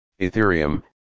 Ethereum